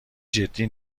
جدی